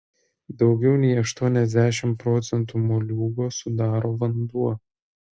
daugiau nei aštuoniasdešimt procentų moliūgo sudaro vanduo